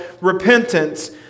repentance